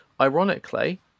ironically